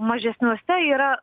mažesniuose yra